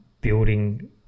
building